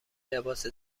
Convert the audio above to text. لباس